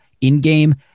in-game